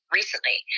recently